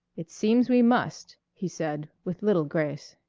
it seems we must, he said, with little grace.